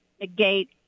negate